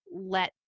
let